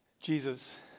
Jesus